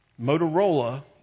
Motorola